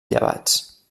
llevats